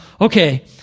okay